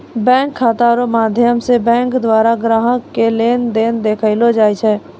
bank खाता रो माध्यम से बैंक द्वारा ग्राहक के लेन देन देखैलो जाय छै